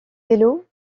vélos